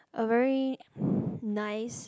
a very nice